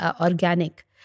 organic